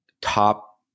top